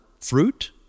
fruit